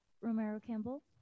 Romero-Campbell